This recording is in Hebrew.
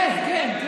כן, כן.